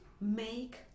Make